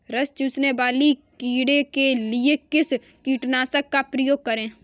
रस चूसने वाले कीड़े के लिए किस कीटनाशक का प्रयोग करें?